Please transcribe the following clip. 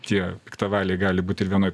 tie piktavaliai gali būt ir vienoj